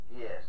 Yes